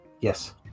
yes